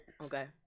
Okay